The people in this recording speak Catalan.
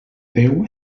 déu